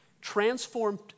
Transformed